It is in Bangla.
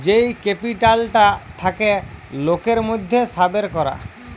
যেই ক্যাপিটালটা থাকে লোকের মধ্যে সাবের করা